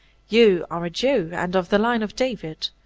you are a jew, and of the line of david.